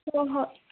ꯍꯣꯏ ꯍꯣꯏ